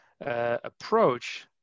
approach